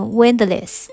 windless